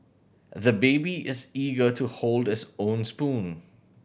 the baby is eager to hold this own spoon